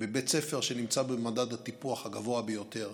בית ספר שנמצא במדד הטיפוח הגבוה ביותר,